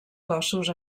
cossos